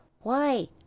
Why